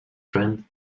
friend